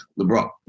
LeBron